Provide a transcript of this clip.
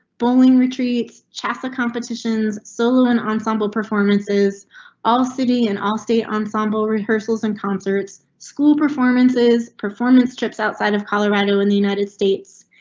bowling retreats, chasa competitions, solo and ensemble performances all sitting and allstate ensemble rehearsals and concerts. school performances, performance trips outside of colorado in the united states.